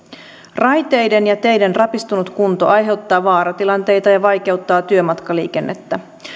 raiteiden ja teiden rapistunut kunto aiheuttaa vaaratilanteita ja ja vaikeuttaa työmatkaliikennettä